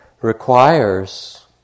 requires